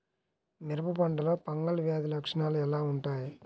మిరప పంటలో ఫంగల్ వ్యాధి లక్షణాలు ఎలా వుంటాయి?